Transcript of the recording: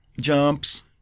jumps